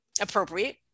appropriate